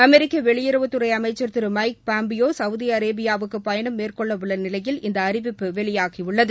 அமெரிக்க வெளியுறவுத்துறை அமைச்சர் திரு மைக் பாம்பியோ சௌதி அரேபியாவுக்கு பயணம் மேற்கொள்ளவுள்ள நிலையில் இந்த அறிவிப்பு வெளியாகியுள்ளது